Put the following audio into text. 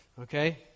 Okay